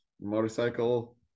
Motorcycle